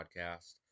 podcast